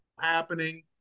happening